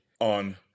on